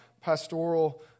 pastoral